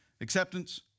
acceptance